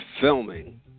filming